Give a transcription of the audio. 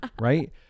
right